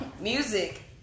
Music